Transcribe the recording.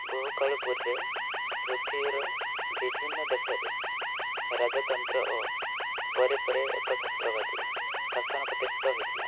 ବହୁକାଳ ପୂର୍ବେ ପୃଥିବୀର ବିଭିନ୍ନ ଦେଶରେ ରାଜତନ୍ତ୍ର ଓ ପରେ ପରେ ଏକଛତ୍ରବାଦୀ ଶାସନ ପ୍ରତିଷ୍ଠିତ ହେଇଥିଲା